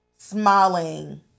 smiling